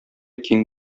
киң